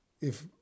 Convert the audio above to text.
If